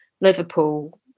Liverpool